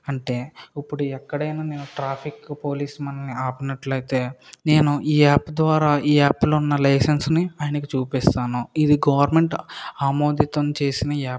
అంటే ఇప్పడు ఎక్కడైనా నేను ట్రాఫిక్ పోలీస్ మనల్ని ఆపినట్లైతే నేను ఈ యాప్ ద్వారా ఈ యాప్లో ఉన్న లైసెన్స్ని ఆయనకి చూపిస్తాను ఇది గవర్నమెంట్ ఆమోదితం చేసిన యాప్